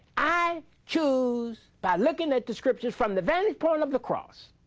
i choose by looking at the scripture from the vantage point of the cross,